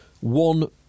One